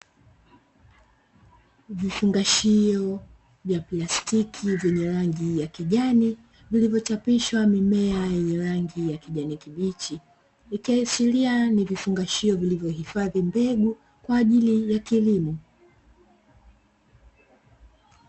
Vifungashio vya plastiki vyenye rangi ya kijani vilivyochapishwa mimea yenye rangi ya kijani kibichi, ikiashiria ni vifungashio vilivyohifadhi mbegu kwaajili ya kilimo.